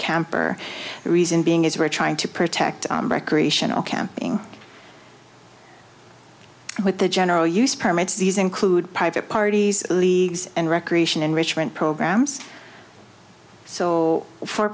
camper the reason being is we're trying to protect recreational camping with the general use permits these include private parties leagues and recreation enrichment programs so for